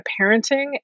parenting